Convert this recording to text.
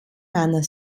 manor